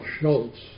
Schultz